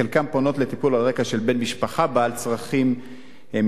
חלקן פונות לטיפול על רקע של בן-משפחה בעל צרכים מיוחדים,